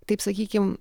taip sakykim